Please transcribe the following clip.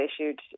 issued